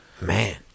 Man